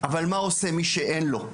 אבל מה עושה מי שאין לו?